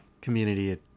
Community